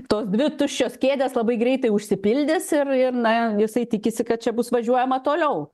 tos dvi tuščios kėdės labai greitai užsipildys ir ir na jisai tikisi kad čia bus važiuojama toliau